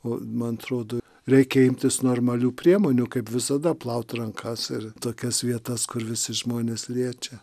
o man atrodo reikia imtis normalių priemonių kaip visada plaut rankas ir tokias vietas kur visi žmonės liečia